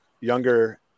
younger